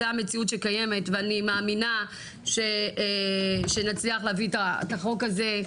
זו המציאות שקיימת ואני מאמינה שנצליח להביא את החוק הזה,